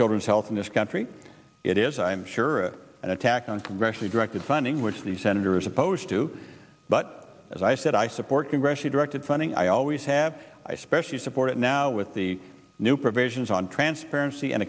children's health in this country it is i'm sure an attack on congressionally directed funding which the senator is opposed to but as i said i support congressionally directed funding i always have i specially support it now with the new provisions on transparency an